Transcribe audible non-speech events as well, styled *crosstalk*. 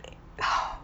*noise*